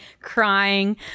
crying